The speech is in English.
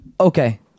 Okay